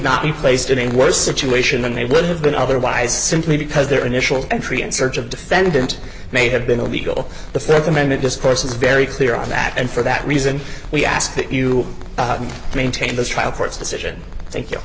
not be placed in a worse situation than they would have been otherwise simply because their initial entry in search of defendant may have been illegal the th amendment discourse is very clear on that and for that reason we ask that you maintain the trial court's decision thank you